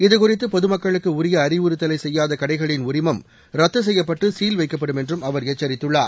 இது குறித்து பொது மக்களுக்கு உரிய அறிவுறுத்தலை செய்யாத கடைகளின் உரிமம் ரத்து செய்யப்பட்டு சீல் வைக்கப்படும் என்றும் அவர் எச்சரித்துள்ளார்